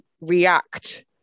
react